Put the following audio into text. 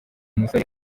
musore